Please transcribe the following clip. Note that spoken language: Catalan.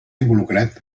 involucrat